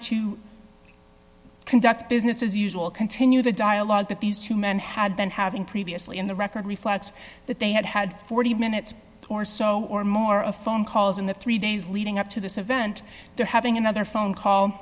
to conduct business as usual continue the dialogue that these two men had been having previously in the record reflects that they had had forty minutes or so or more of phone calls in the three days leading up to this event they're having another phone call